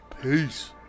Peace